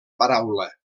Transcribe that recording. paraula